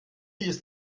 ist